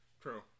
True